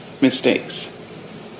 mistakes